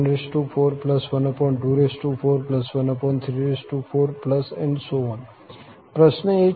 પ્રશ્ન એ છે કે શ્રેઢીનો સરવાળો શું છે